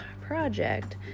project